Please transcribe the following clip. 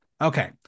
Okay